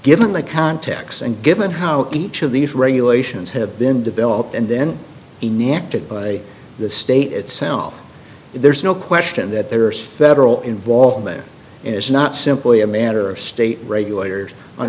given the context and given how each of these regulations have been developed and then in the acted by the state itself there's no question that there's federal involvement is not simply a matter of state regulators